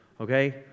Okay